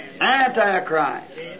Antichrist